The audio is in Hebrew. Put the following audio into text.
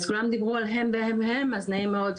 דיברו על הן והן, אז נעים מאוד,